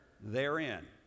therein